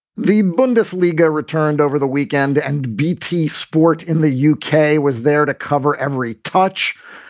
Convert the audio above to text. the bundesliga returned over the weekend and beatties sport in the u k. was there to cover every touch,